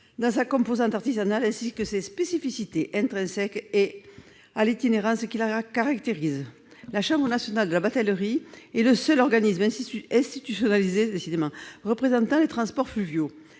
dans sa composante artisanale ainsi que ses spécificités, intrinsèques à l'itinérance qui la caractérise. C'est le seul organisme institutionnalisé représentant les transporteurs fluviaux.